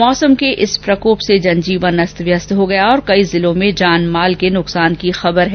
मौसम के इस प्रकोप से जनजीवन अस्तव्यस्त हो गया और कई जिलों में जानमाल के नुकसान की खबर है